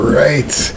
right